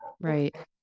Right